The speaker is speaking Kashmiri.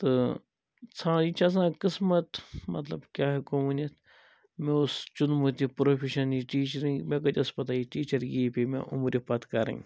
تہٕ ژھا یہِ چھِ آسان قٕسمت مطلب کیٛاہ ہیٚکو ؤنِتھ مےٚ اوس چُنمُت یہِ پرٛوفشیٚن یہِ ٹیٖچرٕے مےٚ کَتہِ ٲس پَتہ یہِ ٹیٖچَرگی یی پیٚیہِ مےٚ عُمرِ پَتہٕ کَرٕنۍ